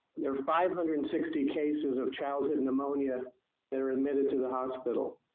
there are five hundred and sixty cases of childhood pneumonia that are admitted to the hospital,